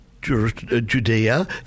Judea